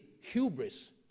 hubris